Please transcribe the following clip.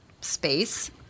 space